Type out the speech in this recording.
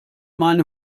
meine